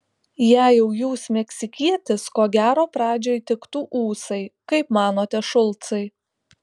jei jau jūs meksikietis ko gero pradžiai tiktų ūsai kaip manote šulcai